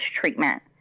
treatment